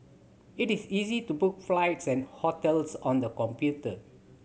it is easy to book flights and hotels on the computer